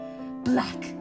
Black